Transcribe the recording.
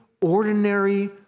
ordinary